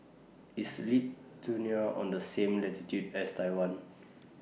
IS Lithuania on The same latitude as Taiwan